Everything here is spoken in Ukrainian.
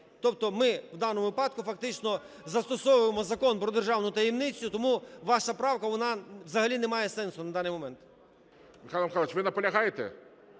Тобто ми в даному випадку фактично застосовуємо Закон "Про державну таємницю", тому ваша правка, вона взагалі не має сенсу на даний момент. ГОЛОВУЮЧИЙ. Михайло Михайлович, ви наполягаєте?